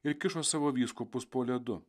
ir kišo savo vyskupus po ledu